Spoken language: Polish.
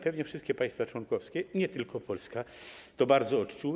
Pewnie wszystkie państwa członkowskie, nie tylko Polska, to bardzo odczuły.